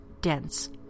dense